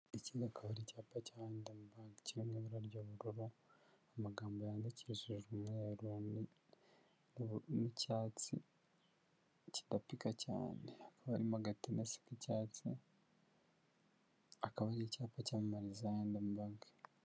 Iki akaba ari icyapa cya mpande enye kijya kugira ibara ry'ubururu amagambo yandikishijwe umweru n'icyatsi kidapika cyane, abamo agatara gasa icyatsi akaba ari icyapa cyamamariza I&M banki.